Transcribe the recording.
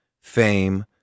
fame